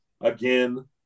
Again